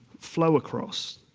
flow across,